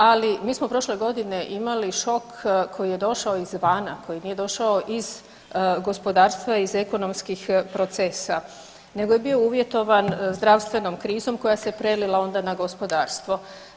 Ali mi smo prošle godine imali šok koji je došao izvana koji nije došao iz gospodarstva iz ekonomskih procesa nego je bio uvjetovan zdravstvenom krizom koja se prelila onda na gospodarstvo.